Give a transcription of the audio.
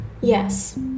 Yes